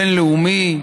בין-לאומי.